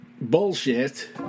Bullshit